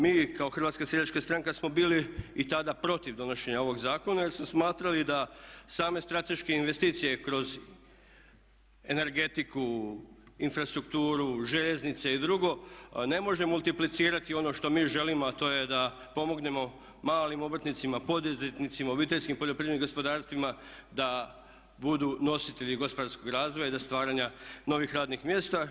Mi kao Hrvatska seljačka stranka smo bili i tada protiv donošenja ovoga zakona jer smo smatrali da same strateške investicije kroz energetiku, infrastrukturu, željeznice i drugo ne možemo multiplicirati ono što mi želimo a to je da pomognemo malim obrtnicima, poduzetnicima, obiteljskim poljoprivrednim gospodarstvima da budu nositelji gospodarskog razvoja i do stvaranja novih radnih mjesta.